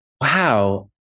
wow